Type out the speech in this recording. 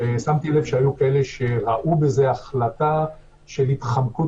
שמתי לב שהיו כאלה שראו בזה החלטה של התחמקות